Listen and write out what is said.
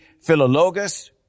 Philologus